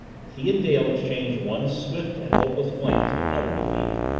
he and dale exchanged one swift and hopeless glance of utter defeat.